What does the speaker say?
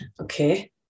Okay